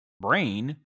Brain